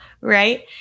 Right